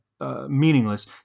Meaningless